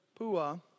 Pua